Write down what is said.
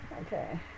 Okay